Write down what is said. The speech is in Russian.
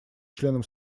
членам